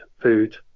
food